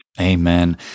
Amen